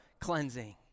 cleansing